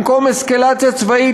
במקום אסקלציה צבאית,